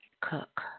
cook